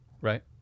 Right